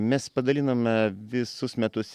mes padaliname visus metus